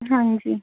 ਹਾਂਜੀ